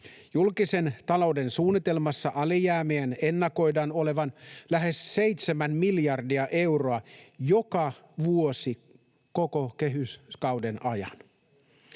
Julkisen talouden suunnitelmassa alijäämien ennakoidaan olevan lähes 7 miljardia euroa joka vuosi koko kehyskauden ajan.